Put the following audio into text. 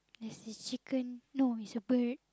there is chicken no is a bird